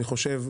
אני חושב,